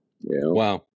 Wow